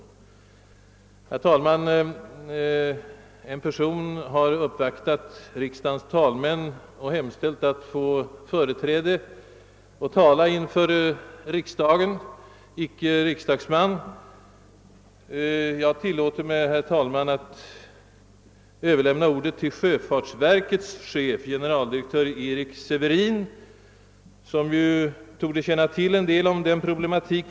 Herr talman! En person — icke riksdagsman — har häromdagen uppvaktat riksdagens talmän och hemställt att få företräde och tala i en viss fråga inför riksdagen. Det kan ju inte tillåtas. Jag tillåter mig, herr talman, att likväl överlämna ordet till en icke riksdagsman, nämligen sjöfartsverkets chef, generaldirektör Erik Severin, som torde väl känna till den här ifrågavarande problematiken.